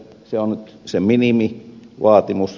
se on se minimivaatimus